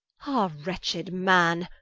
ah wretched man,